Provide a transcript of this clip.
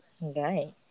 Right